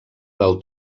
del